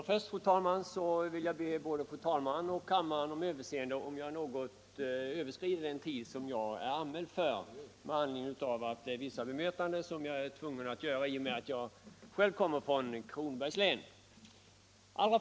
Fru talman! Först vill jag be både fru talmannen och kammaren om överseende, om jag något överskrider den tid som jag är anmäld för. Jag är nämligen tvungen att bemöta vissa yttranden som fällts tidigare i debatten, där Kronobergs län figurerat.